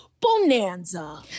Bonanza